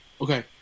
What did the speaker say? Okay